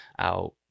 out